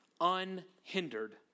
unhindered